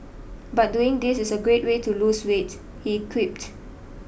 but doing this is a great way to lose weight he quipped